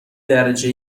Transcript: درجه